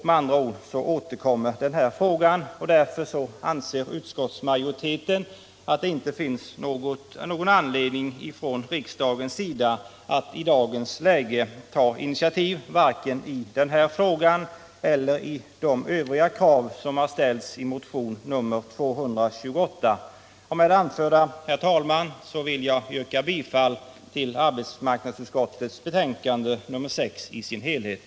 Utskottsmajoriteten anser det därför inte finnas någon anledning för riksdagen att i dagens läge 59 ta initiativ i denna fråga och inte heller när det gäller de krav som framförts i motionen 228. Herr talman! Med det anförda yrkar jag bifall till arbetsmarknadsutskottets betänkande nr6 i dess helhet.